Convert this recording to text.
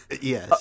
Yes